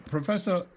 Professor